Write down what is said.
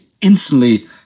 instantly